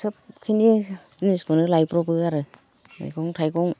सोबखिनि जिनिसखौनो लायब्रबो आरो मैगं थाइगं